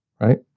right